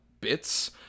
bits